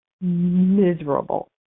Miserable